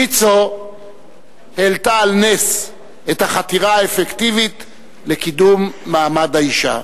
ויצו העלתה על נס את החתירה האפקטיבית לקידום מעמד האשה.